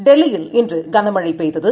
டெல்லியில் இன்றுகனமழைபெய்தது